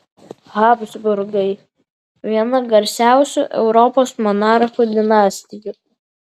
habsburgai viena garsiausių europos monarchų dinastijų